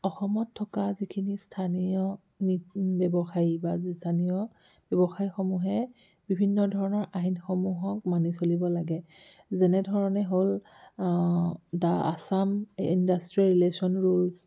অসমত থকা স্থানীয় যিখিনি ব্যৱসায়ী বা ব্যৱসায়সমূহে বিভিন্ন ধৰণৰ আইনসমূহক মানি চলিব লাগে যেনেধৰণে হ'ল the Assam industrial relation rules